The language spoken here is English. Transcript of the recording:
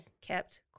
kept